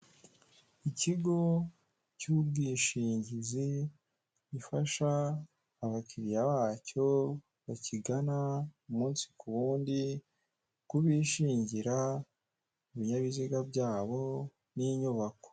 Iri iduka ricururizwamo ibintu bigiye bitandukanye harimo ibitenge abagore bambara bikabafasha kwirinda kugaragaza ubwambure bwabo.